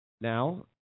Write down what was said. Now